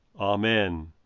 Amen